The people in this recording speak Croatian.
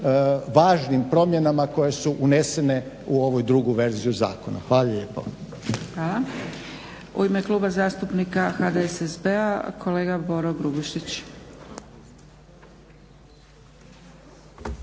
važnim promjenama koje su unesene u ovu drugu verziju zakona. Hvala lijepo. **Zgrebec, Dragica (SDP)** U ime Kluba zastupnika HDSSB-a kolega Boro Grubišić.